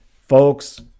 folks